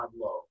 low